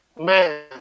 Man